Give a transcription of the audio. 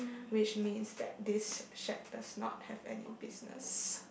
which means that this shade does not has any business